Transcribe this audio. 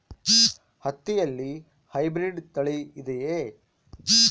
ಹತ್ತಿಯಲ್ಲಿ ಹೈಬ್ರಿಡ್ ತಳಿ ಇದೆಯೇ?